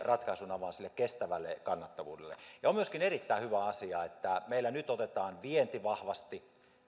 ratkaisun avain sille kestävälle kannattavuudelle on myöskin erittäin hyvä asia että meillä nyt otetaan vienti vahvasti